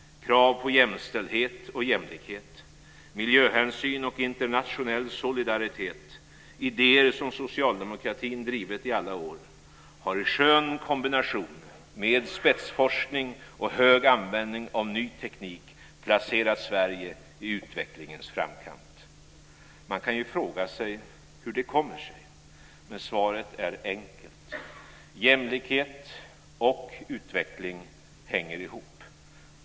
Krav på jämställdhet och jämlikhet, miljöhänsyn och internationell solidaritet - idéer som socialdemokratin drivit i alla år - har i skön kombination med spetsforskning och hög användning av ny teknik placerat Sverige i utvecklingens framkant. Man kan ju fråga sig hur det kommer sig, men svaret är enkelt: Jämlikhet och utveckling hänger ihop.